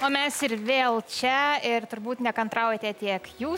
o mes ir vėl čia ir turbūt nekantraujate tiek jūs